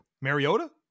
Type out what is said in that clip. Mariota